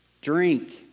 drink